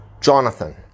Jonathan